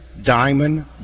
diamond